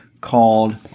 called